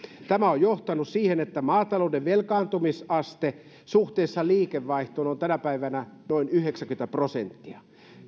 tämä on johtanut siihen että maatalouden velkaantumisaste suhteessa liikevaihtoon on tänä päivänä noin yhdeksänkymmentä prosenttia